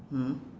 hmm